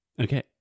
Okay